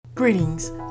Greetings